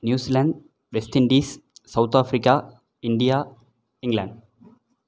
New Zealand West Indies South Africa India England